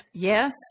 Yes